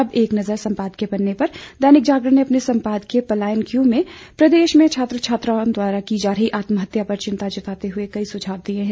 अब एक नजर संपादकीय पन्ने पर दैनिक जागरण ने अपने संपादकीय पलायन क्यों में प्रदेश में छात्र छात्राओं द्वारा की जा रही आत्महत्या पर चिंता जताते हुए कई सुझाव दिए हैं